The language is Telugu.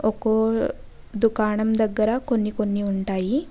ఒకో దుకాణం దగ్గర కొన్ని కొన్ని ఉంటాయి